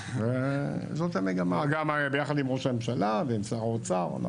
זאת המגמה, גם ביחד עם ראש הממשלה ועם שר האוצר.